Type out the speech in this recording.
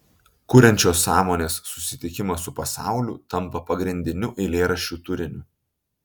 kuriančios sąmonės susitikimas su pasauliu tampa pagrindiniu eilėraščių turiniu